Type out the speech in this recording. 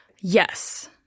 Yes